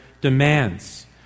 Demands